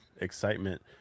excitement